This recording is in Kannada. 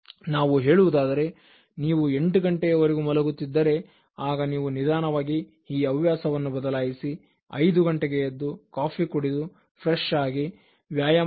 ನಾವು ಹೇಳುವುದಾದರೆ ನೀವು 8 ಗಂಟೆಯವರೆಗೂ ಮಲಗುತ್ತಿದ್ದರೆ ಆಗ ನೀವು ನಿಧಾನವಾಗಿ ಈ ಹವ್ಯಾಸವನ್ನು ಬದಲಾಯಿಸಿ 5 ಗಂಟೆಗೆಎದ್ದು ಕಾಫಿ ಕುಡಿದು ಫ್ರೆಶ್ ಆಗಿ ವ್ಯಾಯಾಮದ ಸ್ಥಳವನ್ನು 5